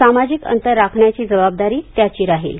सामाजिक अंतर राखण्याची जबाबदारी त्याची राहील